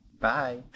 Bye